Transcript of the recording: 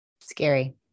Scary